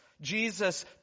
Jesus